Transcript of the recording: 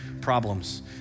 problems